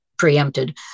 preempted